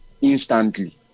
instantly